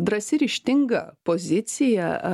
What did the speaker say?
drąsi ryžtinga pozicija